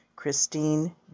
Christine